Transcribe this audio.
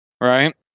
Right